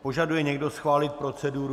Požaduje někdo schválit proceduru?